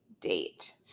date